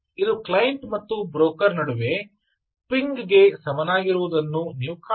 ಇದು ಕ್ಲೈಂಟ್ ಮತ್ತು ಬ್ರೋಕರ್ ನಡುವೆ ಪಿಂಗ್ಗೆ ಸಮನವಾಗಿರುವುದನ್ನು ನೀವು ಕಾಣುವಿರಿ